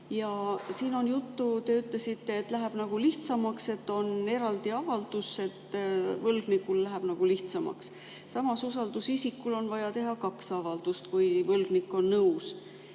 Ja siin oli juttu, te ütlesite, et läheb nagu lihtsamaks, et on eraldi avaldus ja võlgnikul läheb lihtsamaks. Samas on usaldusisikul vaja teha kaks avaldust, kui võlgnik on nõus.